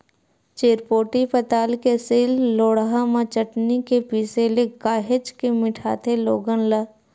चिरपोटी पताल के सील लोड़हा म चटनी के पिसे ले काहेच के मिठाथे लोगन ला